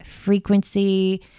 frequency